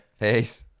Peace